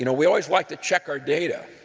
you know we always like to check our data.